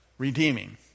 redeeming